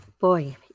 Boy